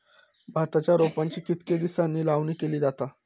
भाताच्या रोपांची कितके दिसांनी लावणी केली जाता?